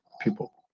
people